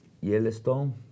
Yellowstone